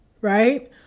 right